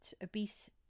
obese